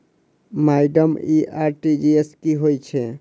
Madam इ RTGS की होइ छैय?